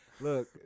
Look